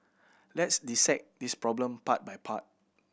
let's dissect this problem part by part